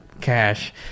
cash